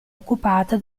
occupata